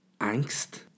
angst